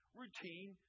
routine